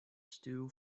stew